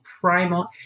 primal